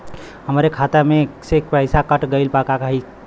हमरे खाता में से पैसाकट गइल बा काहे खातिर?